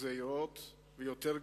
גזירות ויותר גזירות,